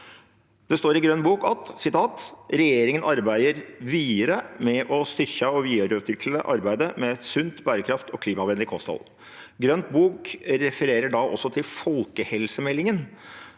Det står i Grønn bok: «Regjeringa arbeider vidare med å styrkje og vidareutvikle arbeidet med sunt, berekraftig og klimavennleg kosthald (…)». Grønn bok refererer da også til folkehelsemeldingen.